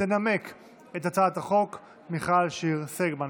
תנמק את הצעת החוק חברת הכנסת מיכל שיר סגמן.